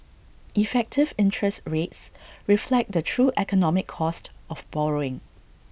effective interest rates reflect the true economic cost of borrowing